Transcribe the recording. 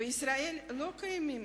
בישראל לא קיימים